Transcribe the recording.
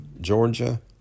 Georgia